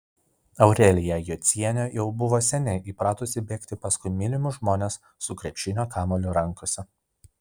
aurelija jocienė jau buvo seniai įpratusi bėgti paskui mylimus žmones su krepšinio kamuoliu rankose